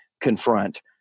confront